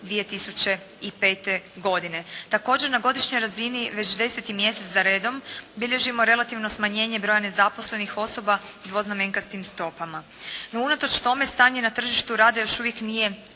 2005. godine. Također na godišnjoj razini već deseti mjesec za redom, bilježimo relativno smanjenje broja nezaposlenih osoba dvoznamenkastim stopama. No unatoč tome stanje na tržištu rada još uvijek nije